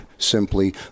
simply